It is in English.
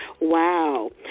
Wow